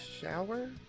shower